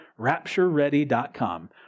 raptureready.com